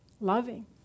Loving